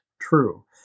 true